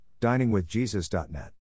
diningwithjesus.net